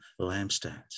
lampstands